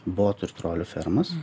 botų ir trolių fermas